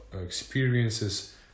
experiences